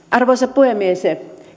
arvoisa puhemies